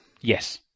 yes